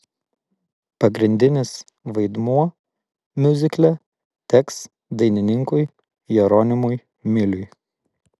pagrindinis vaidmuo miuzikle teks dainininkui jeronimui miliui